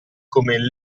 come